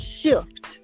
shift